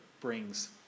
brings